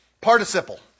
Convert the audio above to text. Participle